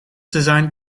designed